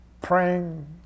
praying